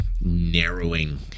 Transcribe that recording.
narrowing